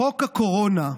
חוק הקורונה,